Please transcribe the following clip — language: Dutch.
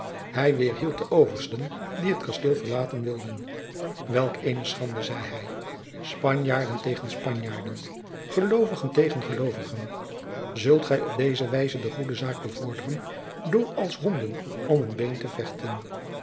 hij weêrhield de oversten die het kasteel verlaten wilden welk eene schande zeide hij spanjaarden tegen spanjaarden gelovigen tegen gelovigen zult gij op deze wijze de goede zaak bevorderen door als honden om een been te vechten